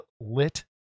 lit